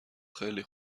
خیلی